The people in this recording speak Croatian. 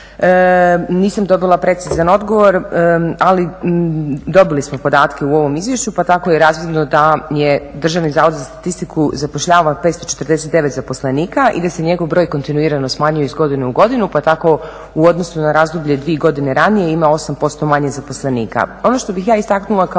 Nisam dobila precizan odgovor, ali dobili smo podatke u ovom izvješću pa tako razvidno da je Državni zavod za statistiku zapošljavao 549 zaposlenika i da se njegov broj kontinuirao smanjivo iz godine u godinu pa tako u odnosu na razdoblje dvije godine ranije ima 8% manje zaposlenika.